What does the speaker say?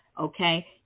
okay